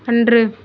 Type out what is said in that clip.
அன்று